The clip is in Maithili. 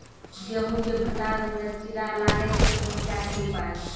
गेहूँ के भंडारण मे कीड़ा लागय के समस्या के उपाय?